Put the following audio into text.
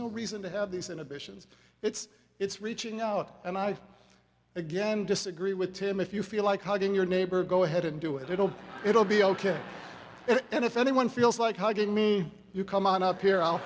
no reason to have these inhibitions it's it's reaching out and i again disagree with him if you feel like hugging your neighbor go ahead and do it it'll it'll be ok and if anyone feels like how did me you come on up here i'll